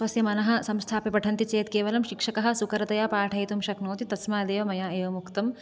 स्वस्य मनः संस्थाप्य पठन्ति चेत् केवलं शिक्षकः सुकरतया पाठयितुं शक्नोति तस्मादेव मया एवमुक्तम्